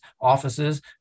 offices